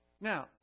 Now